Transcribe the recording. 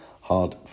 Hard